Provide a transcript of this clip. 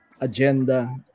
agenda